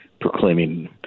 proclaiming